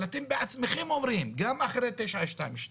אבל אתם בעצמכם אומרים גם אחרי 922,